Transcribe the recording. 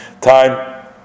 time